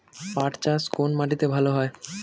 পাট চাষ কোন মাটিতে ভালো হয়?